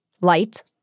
light